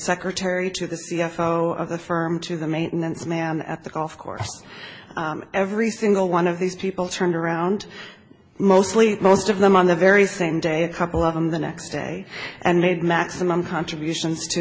secretary to the c f o of the firm to the maintenance man at the golf course every single one of these people turned around mostly most of them on the very same day a couple of them the next day and made maximum contributions to